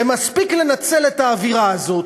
ומספיק לנצל את האווירה הזאת.